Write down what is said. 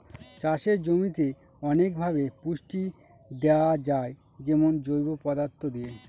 চাষের জমিতে অনেকভাবে পুষ্টি দেয়া যায় যেমন জৈব পদার্থ দিয়ে